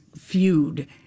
Feud